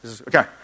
Okay